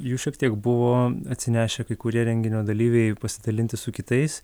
jų šiek tiek buvo atsinešę kai kurie renginio dalyviai pasidalinti su kitais